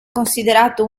considerato